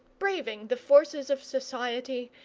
braving the forces of society,